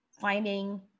finding